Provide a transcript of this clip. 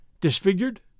Disfigured